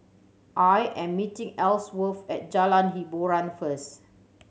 I am meeting Ellsworth at Jalan Hiboran first